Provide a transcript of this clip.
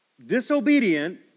Disobedient